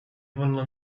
wolno